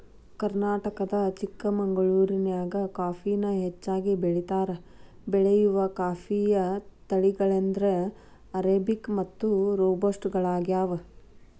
ಕರ್ನಾಟಕದ ಚಿಕ್ಕಮಗಳೂರಿನ್ಯಾಗ ಕಾಫಿನ ಹೆಚ್ಚಾಗಿ ಬೆಳೇತಾರ, ಬೆಳೆಯುವ ಕಾಫಿಯ ತಳಿಗಳೆಂದರೆ ಅರೇಬಿಕ್ ಮತ್ತು ರೋಬಸ್ಟ ಗಳಗ್ಯಾವ